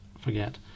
forget